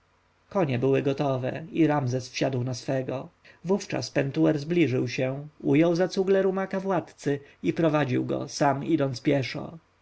konie były gotowe i ramzes wsiadł na swego wówczas pentuer zbliżył się ujął za cugle rumaka władcy i prowadził go sam idąc pieszo